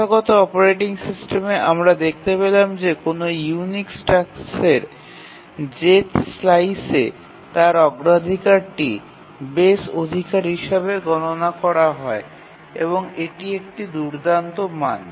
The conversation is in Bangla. প্রথাগত অপারেটিং সিস্টেমে আমরা দেখতে পেলাম যে কোনও ইউনিক্স টাস্কের jth স্লাইসে তার অগ্রাধিকারটি বেস অগ্রাধিকার হিসাবে গণনা করা হয় এবং এটি একটি দুর্দান্ত মান